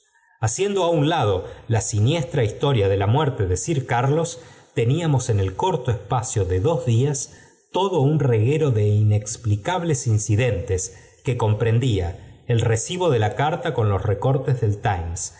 haciendo á un lado la siniestra historia de la muerte de sir carlos teníamos en el corto espacio de dos días todo un reguero de inexplicables incidentes que comprendía el recibo de la carta con los recortes del times